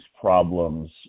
problems